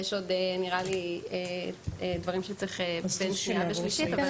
נראה לי שיש עוד דברים שצריך להכין לקריאה שנייה ושלישית.